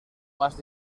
más